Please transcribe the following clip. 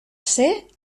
ser